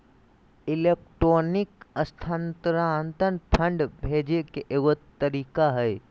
electronic स्थानान्तरण fund भेजे के एगो तरीका हइ